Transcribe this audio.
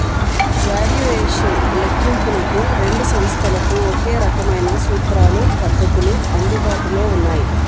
valuation లెక్కింపునకు రెండు సంస్థలకు ఒకే రకమైన సూత్రాలు, పద్ధతులు అందుబాటులో ఉన్నాయి